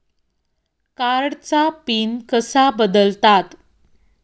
कार्डचा पिन कसा बदलतात?